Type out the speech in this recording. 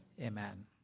Amen